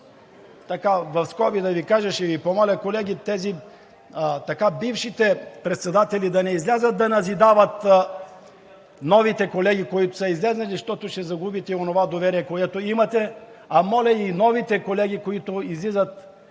така в скоби да Ви кажа, ще ви помоля колеги, тези бившите председатели да не излязат да назидават новите колеги, които са излезли, защото ще загубите и онова доверие, което имате. А моля и новите колеги, които излизат